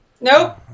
Nope